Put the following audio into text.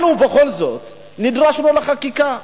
אבל בכל זאת נדרשנו לחקיקה.